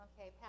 Okay